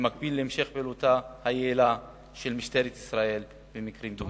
במקביל להמשך פעילותה היעילה של משטרת ישראל במקרים דומים.